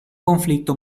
conflitto